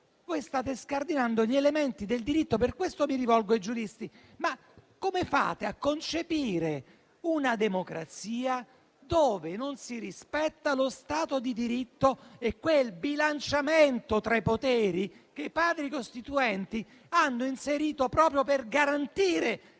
Voi state scardinando gli elementi del diritto, per questo mi rivolgo ai giuristi: come fate a concepire una democrazia in cui non si rispetta lo Stato di diritto e quel bilanciamento tra i poteri che i Padri costituenti hanno inserito proprio per garantire la